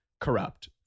corrupt